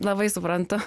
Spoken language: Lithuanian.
labai suprantu